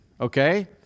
okay